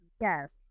Yes